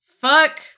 Fuck